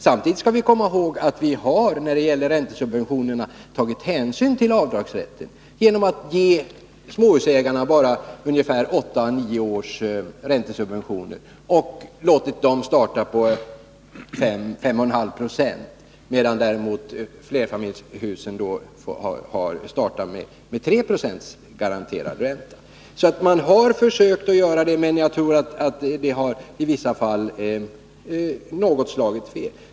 Samtidigt skall vi komma ihåg att vi när det gäller räntesubventionerna har tagit hänsyn till avdragsrätten genom att ge småhusägarna räntesubventioner i bara åtta nio år och låtit dem starta med en ränta på 5-5,5 20, medan däremot flerfamiljshusen har startat med 3 26 i garanterad ränta. Vi har alltså försökt ta vissa hänsyn, men jag tror att detta i vissa fall något har slagit fel.